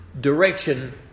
direction